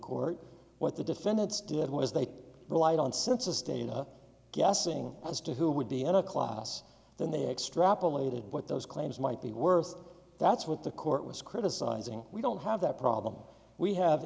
court what the defendants did was they relied on census data guessing as to who would be in a class then they extrapolated what those claims might be worth that's what the court was criticizing we don't have that problem we have